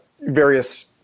various